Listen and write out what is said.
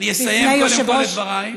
אני קודם כול אסיים את דבריי.